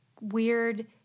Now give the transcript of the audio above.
weird